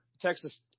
Texas